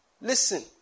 Listen